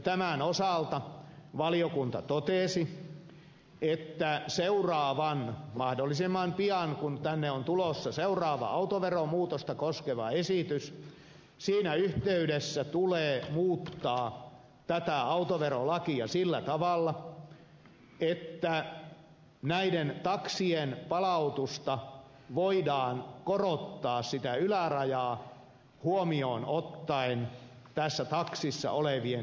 tämän osalta valiokunta totesi että mahdollisimman pian kun tänne on tulossa seuraava autoveromuutosta koskeva esitys siinä yhteydessä tulee muuttaa tätä autoverolakia sillä tavalla että näiden taksien palautuksen ylärajaa voidaan korottaa huomioon ottaen tässä taksissa olevien istuinpaikkojen määrä